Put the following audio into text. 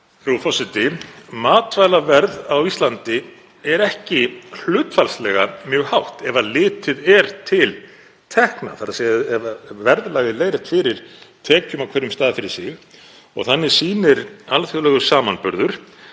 Frú forseti. Matvælaverð á Íslandi er ekki hlutfallslega mjög hátt ef litið er til tekna, þ.e. ef verðlag er leiðrétt fyrir tekjum á hverjum stað fyrir sig. Þannig sýnir alþjóðlegur samanburður